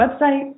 website